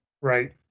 right